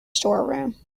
storeroom